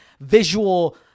visual